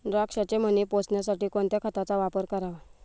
द्राक्षाचे मणी पोसण्यासाठी कोणत्या खताचा वापर करावा?